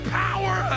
power